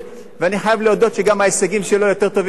ואני חייב להודות שההישגים שלו יותר טובים משלי,